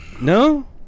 No